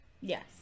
Yes